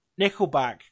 Nickelback